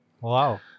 Wow